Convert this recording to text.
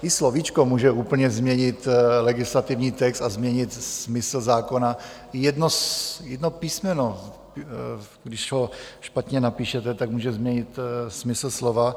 I slovíčko může úplně změnit legislativní text a změnit smysl zákona, i jedno písmeno, když ho špatně napíšete, může změnit smysl slova.